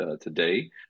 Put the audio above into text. today